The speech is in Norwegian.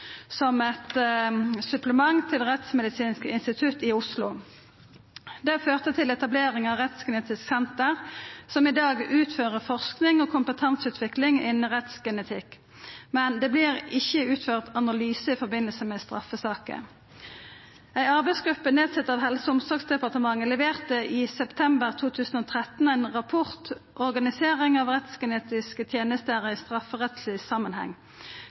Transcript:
som eit supplement til Rettsmedisinsk institutt i Oslo. Det førte til etablering av Rettsgenetisk senter, som i dag utfører forsking og kompetanseutvikling innanfor rettsgenetikk, men det vert ikkje utført analysar i forbindelse med straffesaker. Ei arbeidsgruppe nedsett av Helse- og omsorgsdepartementet leverte i september 2013 ein rapport, Organisering av rettsgenetiske tjenester i